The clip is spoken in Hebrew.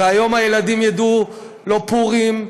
והיום הילדים ידעו: לא פורים,